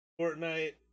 Fortnite